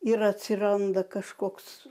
ir atsiranda kažkoks